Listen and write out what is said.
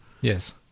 yes